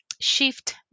shift